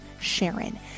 sharon